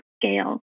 scale